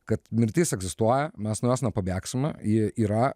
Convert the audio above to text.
kad mirtis egzistuoja mes nuo jos nepabėgsime ji yra